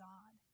God